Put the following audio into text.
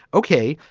okay,